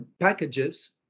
packages